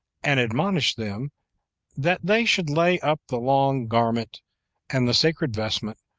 and admonished them that they should lay up the long garment and the sacred vestment,